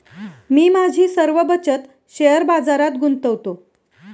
मी माझी सर्व बचत शेअर बाजारात गुंतवतो